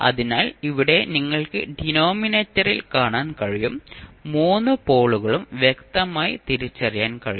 അതിനാൽ ഇവിടെ നിങ്ങൾക്ക് ഡിനോമിനേറ്ററിൽ കാണാൻ കഴിയും മൂന്ന് പോളുകളും വ്യക്തമായി തിരിച്ചറിയാൻ കഴിയും